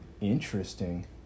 interesting